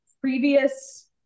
previous